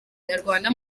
nyarwanda